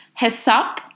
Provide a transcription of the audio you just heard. Hesap